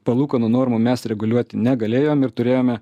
palūkanų normų mes reguliuoti negalėjom ir turėjome